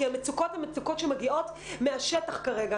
כי המצוקות מגיעות מהשטח כרגע,